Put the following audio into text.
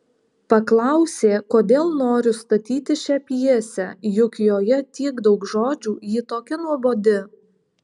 paklausė kodėl noriu statyti šią pjesę juk joje tiek daug žodžių ji tokia nuobodi